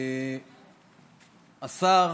השר,